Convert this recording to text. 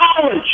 college